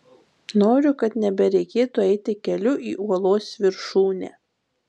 noriu kad nebereikėtų eiti keliu į uolos viršūnę